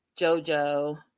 Jojo